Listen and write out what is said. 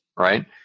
Right